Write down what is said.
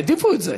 העדיפו את זה,